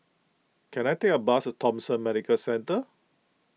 can I take a bus to Thomson Medical Centre